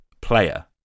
player